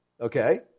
Okay